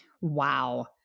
wow